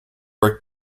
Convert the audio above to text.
are